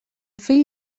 fill